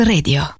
Radio